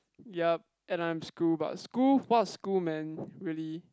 yup and I am school but school what school man really